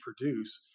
produce